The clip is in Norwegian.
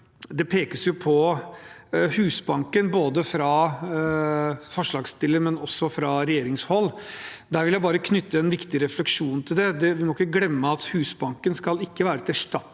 Det pekes på Husbanken, både fra forslagsstillerne og også fra regjeringshold. Jeg vil bare knytte en viktig refleksjon til det. En må ikke glemme at Husbanken ikke skal være til